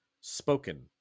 spoken